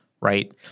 right